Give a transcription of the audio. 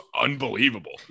unbelievable